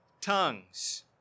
tongues